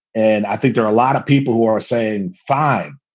and i think there are a lot of people who are saying, fine.